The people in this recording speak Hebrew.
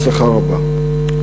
הצלחה רבה.